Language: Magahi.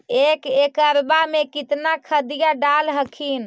एक एकड़बा मे कितना खदिया डाल हखिन?